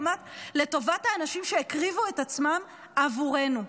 לטובת האנשים שהקריבו את עצמם בעבורנו?